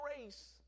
grace